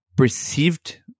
perceived